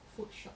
food shop